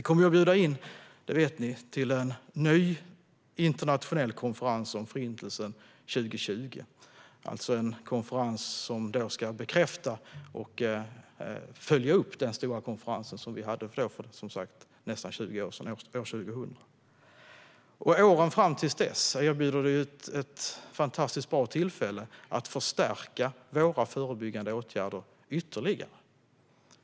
Som ni vet kommer vi att bjuda in till en ny internationell konferens 2020 om Förintelsen, alltså en konferens som ska bekräfta och följa upp den stora konferens som vi hade för nästan 20 år sedan - år 2000. Åren fram till dess erbjuder ett fantastiskt bra tillfälle att förstärka våra förebyggande åtgärder ytterligare.